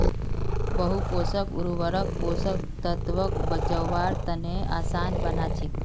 बहु पोषक उर्वरक पोषक तत्वक पचव्वार तने आसान बना छेक